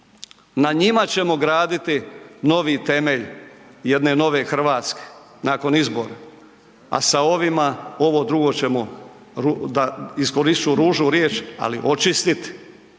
Na njima ćemo graditi novi temelj jedne nove Hrvatske, nakon izbora, a sa ovima ovo drugo ćemo, da iskoristit ću ružnu riječ, ali očistiti.